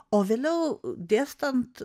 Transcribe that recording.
o vėliau dėstant